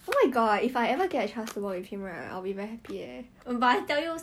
why